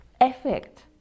effect